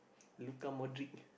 Luka Modric